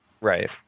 Right